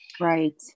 Right